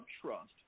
trust